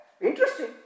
Interesting